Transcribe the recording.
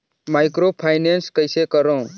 Microfinance कइसे करव?